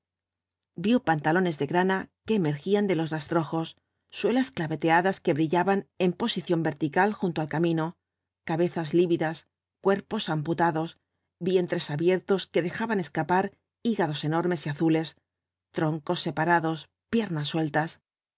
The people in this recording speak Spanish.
vio pantalones de grana que emergían de los rastrojos suelas claveteadas que brillaban en posición vertical junto al camino cabezas lívidas cuerpos amputados vientres abiertos que dejaban escapar hígados enormes y azules troncos separados piernas sueltas